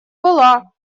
была